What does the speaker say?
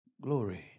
Glory